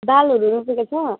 दालहरू रोपेको छ